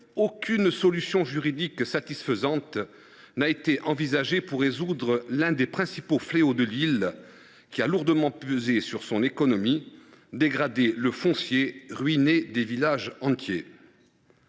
qu’aucune solution juridique satisfaisante soit envisagée pour résoudre l’un des principaux fléaux de l’île, qui a lourdement pesé sur son économie, dégradé le foncier et ruiné des villages entiers.